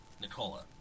Nicola